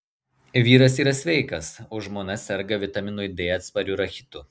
vyras yra sveikas o žmona serga vitaminui d atspariu rachitu